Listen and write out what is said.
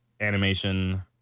animation